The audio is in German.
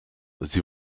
sie